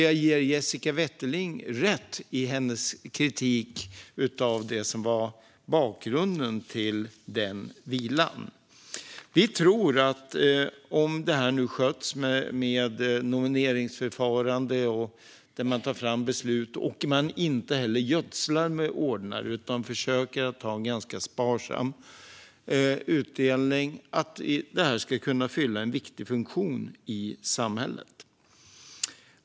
Jag ger Jessica Wetterling rätt i hennes kritik av det som var bakgrunden till den vilan. Vi tror att det här, om det nu sköts med nomineringsförfarande där man tar fram beslut och att man inte gödslar med ordnar utan försöker ha en ganska sparsam utdelning, ska kunna fylla en viktig funktion i samhället.